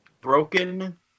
broken